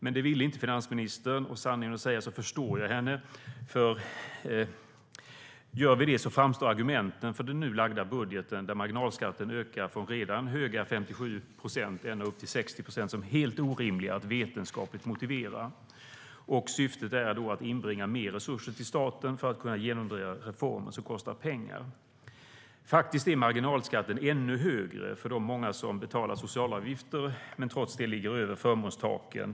Men det ville inte finansministern, och sanningen att säga förstår jag henne. Skulle vi göra det framstår argumenten för den nu framlagda budgeten, där marginalskatten ökar från redan höga 57 procent upp till 60 procent, som helt orimliga att vetenskapligt motivera. Syftet är att inbringa mer resurser till staten för att kunna genomdriva reformer som kostar pengar. Faktum är att marginalskatten är ännu högre för de många som betalar socialavgifter, men som trots det ligger över förmånstaken.